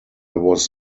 was